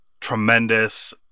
tremendous